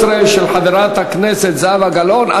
גברתי השרה וחברת הכנסת זהבה גלאון.